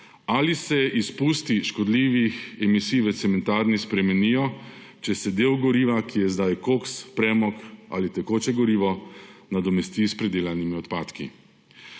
ali se izpusti škodljivih emisij v cementarni spremenijo, če se del goriva, ki je zdaj koks, premog ali tekoče gorivo, nadomesti s predelanimi odpadki.